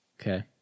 Okay